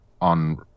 on